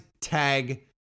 tag